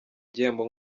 igihembo